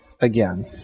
again